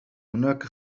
هناك